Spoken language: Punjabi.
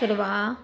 ਕਰਵਾ